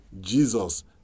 Jesus